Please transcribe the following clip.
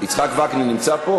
יצחק וקנין נמצא פה?